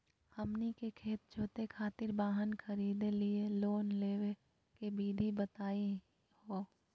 हमनी के खेत जोते खातीर वाहन खरीदे लिये लोन लेवे के विधि बताही हो?